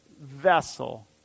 vessel